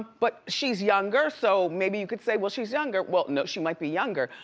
but she's younger, so maybe you could say, well, she's younger. well, no she might be younger,